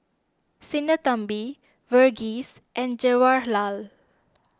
Sinnathamby Verghese and Jawaharlal